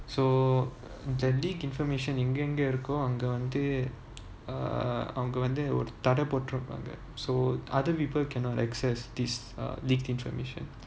so the leaked information எங்கெங்கஇருக்கோஅங்கவந்துஅங்கவந்துஒருதடபோட்ருப்பாங்க:engenga iruko anga vanthu anga vanthu oru thada poturupaanga so other people cannot access this err leaked information